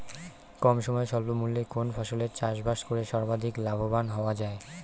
কম সময়ে স্বল্প মূল্যে কোন ফসলের চাষাবাদ করে সর্বাধিক লাভবান হওয়া য়ায়?